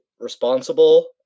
responsible